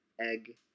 egg